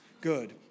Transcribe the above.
good